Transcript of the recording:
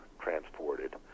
transported